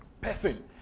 Person